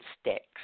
sticks